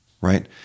right